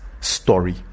story